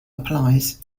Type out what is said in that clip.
applies